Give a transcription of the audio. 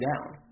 down